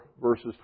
verses